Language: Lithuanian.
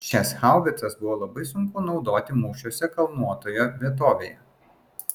šias haubicas buvo labai sunku naudoti mūšiuose kalnuotoje vietovėje